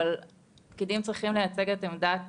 אבל הפקידים צריכים לייצג את עמדת